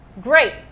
great